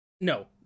No